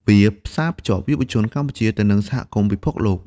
វាផ្សាភ្ជាប់យុវជនកម្ពុជាទៅនឹងសហគមន៍ពិភពលោក។